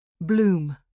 Bloom